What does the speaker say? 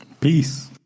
Peace